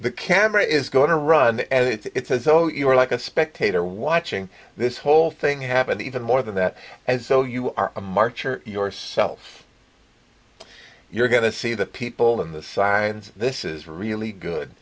the camera is going to run and it's as though you were like a spectator watching this whole thing happen even more than that and so you are a marcher yourself you're going to see the people in the signs this is really good